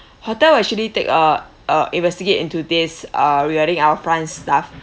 hotel actually take uh uh investigate into this uh regarding our front staff